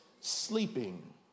sleeping